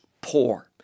poor